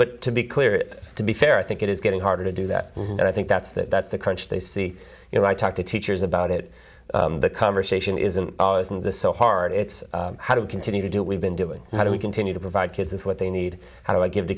but to be clear to be fair i think it is getting harder to do that and i think that's the that's the crunch they see you know i talk to teachers about it the conversation isn't always in the so hard it's how do we continue to do we've been doing how do we continue to provide kids with what they need how do i give the